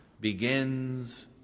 begins